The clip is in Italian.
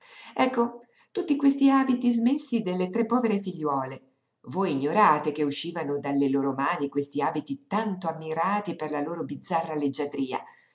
ecco tutti questi abiti smessi delle tre povere figliuole voi ignorate che uscivano dalle loro mani questi abiti tanto ammirati per la loro bizzarra leggiadria